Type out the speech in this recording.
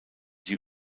die